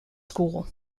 school